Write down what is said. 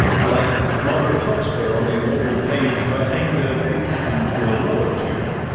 like moderate hotspur on the immortal page her anger pitch'd into a lower tune,